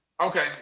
okay